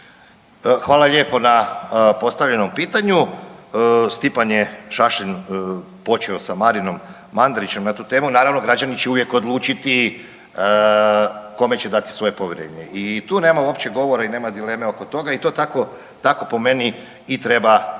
Hvala lijepo na postavljenom pitanju. Stipan je Šašlin počeo sa Marinom Mandarićem na tu temu, naravno građani će uvijek odlučiti kome će dati svoje povjerenje i tu nema uopće govora i nema dileme oko toga i to tako, tako po meni i treba, treba